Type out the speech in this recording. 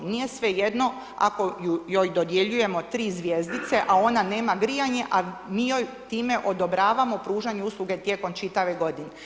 Nije svejedno ako joj dodjeljujemo 3 zvjezdice, a ona nema grijanje, a mi joj time odobravamo pružanje usluge tijekom čitave godine.